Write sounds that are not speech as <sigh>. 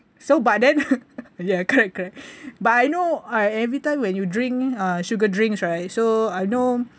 so but then <laughs> ya correct correct but I know I every time when you drink uh sugar drinks right so I know